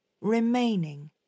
remaining